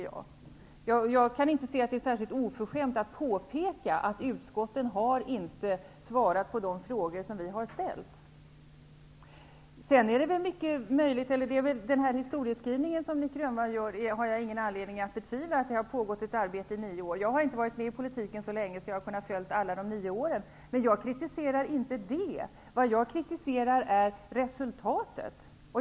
Jag kan inte se att det är särskilt oförskämt att påpeka att utskotten inte har svarat på de frågor vi har ställt. Jag har ingen anledning att betvivla den historieskrivning som Nic Grönvall gör, dvs. att det har pågått ett arbete i nio år. Jag har inte varit med i politiken så länge att jag har kunnat följa med under alla de nio åren. Det är inte det jag kritiserar. Vad jag kritiserar är resultatet.